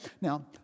Now